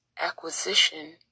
acquisition